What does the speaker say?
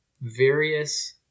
various